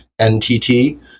ntt